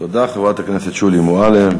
תודה, חברת הכנסת שולי מועלם.